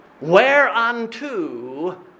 Whereunto